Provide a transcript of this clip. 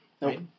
right